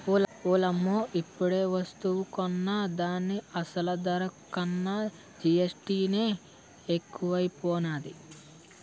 ఓలమ్మో ఇప్పుడేవస్తువు కొన్నా దాని అసలు ధర కన్నా జీఎస్టీ నే ఎక్కువైపోనాది